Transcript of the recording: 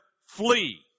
flee